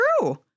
true